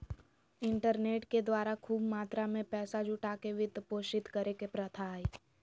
internet के द्वारा खूब मात्रा में पैसा जुटा के वित्त पोषित करे के प्रथा हइ